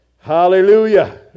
Hallelujah